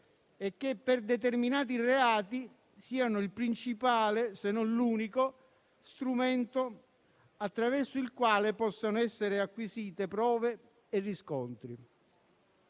e che per determinati reati siano il principale, se non l'unico, strumento attraverso il quale possono essere acquisiti prove e riscontri.